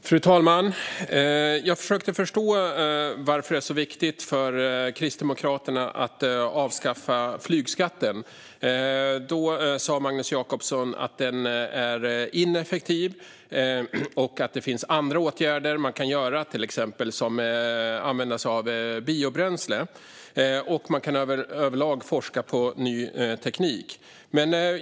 Fru talman! Jag försöker förstå varför det är så viktigt för Kristdemokraterna att avskaffa flygskatten. Då sa Magnus Jacobsson att den är ineffektiv och att det finns andra åtgärder som man kan vidta, till exempel att använda sig av biobränsle, och att man överlag kan forska på ny teknik.